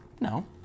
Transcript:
No